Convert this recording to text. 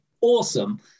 awesome